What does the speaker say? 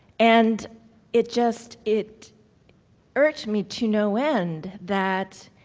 and it just it irked me to no end that